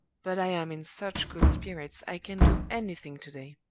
but i am in such good spirits, i can do anything to-day.